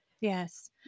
Yes